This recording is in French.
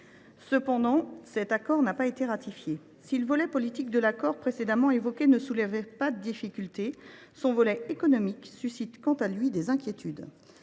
cependant pas été ratifié. Si le volet politique de l’accord précédemment évoqué ne soulève pas de difficultés, son volet économique suscite, lui, des inquiétudes.